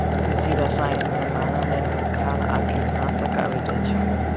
कृषि रसायन मे मानव निर्मित खाद आ कीटनाशक अबैत अछि